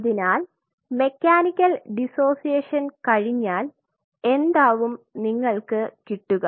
അതിനാൽ mechanical dissociation കഴിഞ്ഞാൽ എന്താവും നിങ്ങൾക്ക് കിട്ടുക